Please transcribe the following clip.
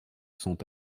sont